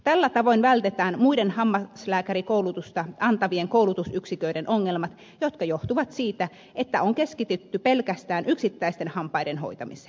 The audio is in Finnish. tällä tavoin vältetään muiden hammaslääkärikoulutusta antavien koulutusyksiköiden ongelmat jotka johtuvat siitä että on keskitytty pelkästään yksittäisten hampaiden hoitamiseen